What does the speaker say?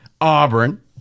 Auburn